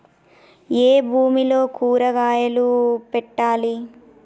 ఏ భూమిలో కూరగాయలు పెట్టాలి?